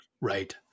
Right